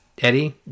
Eddie